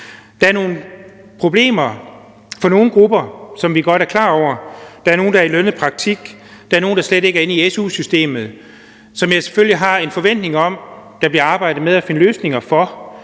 Der er nogle problemer for nogle grupper, som vi godt er klar over. Der er nogle, der er i lønnet praktik. Der er nogle, der slet ikke er inde i su-systemet. Jeg har selvfølgelig en forventning om, at der bliver arbejdet på at finde løsninger for